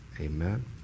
amen